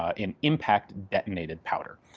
an impact detonated powder.